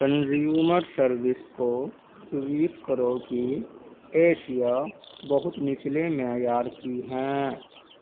consumer service کو tweet کرو کہ اشیاء بہت نچلے معیار کی ہیں